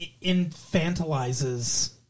infantilizes